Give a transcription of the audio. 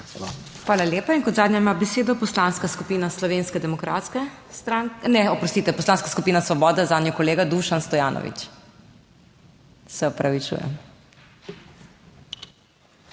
Hvala lepa. In kot zadnja ima besedo Poslanska skupina Slovenske demokratske stranke, ne, oprostite, Poslanska skupina Svoboda, zanjo kolega Dušan Stojanovič. Se opravičujem.